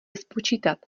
spočítat